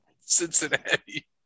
Cincinnati